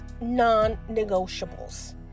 non-negotiables